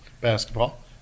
basketball